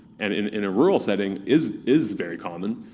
and in in a rural setting is is very common,